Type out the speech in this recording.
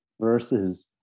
versus